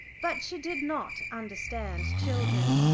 but she did not understand children,